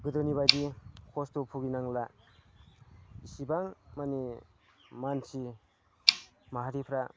गोदोनि बायदि खस्थ' भुगिनांला इसिबां माने मानसि माहारिफ्रा